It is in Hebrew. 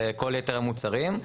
בכל יתר המוצרים,